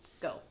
go